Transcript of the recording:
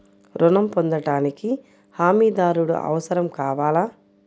ఋణం పొందటానికి హమీదారుడు అవసరం కావాలా?